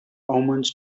omens